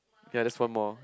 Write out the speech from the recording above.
ya there's one more